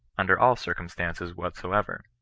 under all circumstances whatsoever.